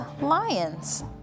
lions